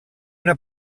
una